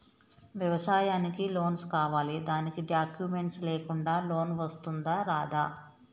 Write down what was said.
వ్యవసాయానికి లోన్స్ కావాలి దానికి డాక్యుమెంట్స్ లేకుండా లోన్ వస్తుందా రాదా?